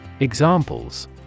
Examples